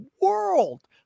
world